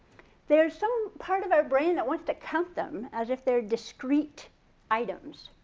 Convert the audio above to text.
there's some part of our brain that wants to count them as if they're discrete items.